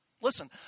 Listen